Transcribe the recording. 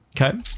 Okay